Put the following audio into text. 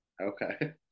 Okay